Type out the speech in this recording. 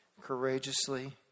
courageously